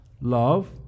Love